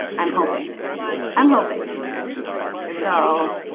i'm hoping i'm hoping so